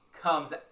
comes